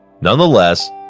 Nonetheless